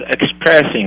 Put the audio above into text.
expressing